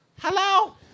Hello